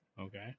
Okay